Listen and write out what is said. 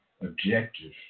objective